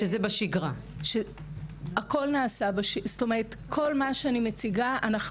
כל מה שאני מציגה זה בשגרה,